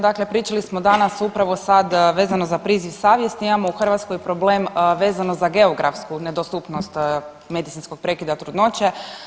Dakle, pričali smo danas upravo sad vezano za priziv savjesti imamo u Hrvatskoj problem vezano za geografsku nedostupnost medicinskog prekida trudnoće.